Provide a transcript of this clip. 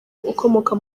ukomoka